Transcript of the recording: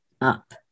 up